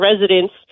residents